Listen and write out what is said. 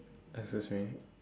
excuse me